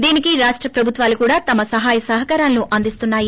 దీనికి రాష్ట ప్రభుత్వాలు కూడా తమ సహాయ సహకారాలను అందిస్తున్నాయి